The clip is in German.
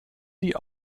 die